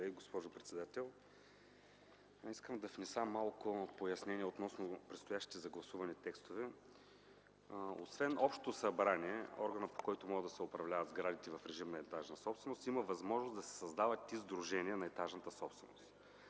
искам да внеса малко пояснение относно предстоящите за гласуване текстове. Освен Общото събрание – органът, по който могат да се управляват сградите в режим на етажна собственост, има възможност да се създават и сдружения на етажната собственост.